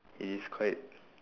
it is quite